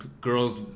Girls